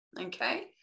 okay